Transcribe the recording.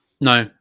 No